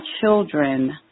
children